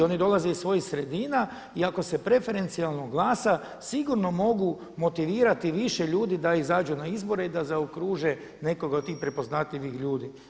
Oni dolaze iz svojih sredina i ako se preferencijalno glasa sigurno mogu motivirati više ljudi da izađu na izbore i da zaokruže nekoga od tih prepoznatljivih ljudi.